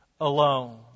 alone